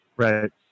Right